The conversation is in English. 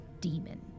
demon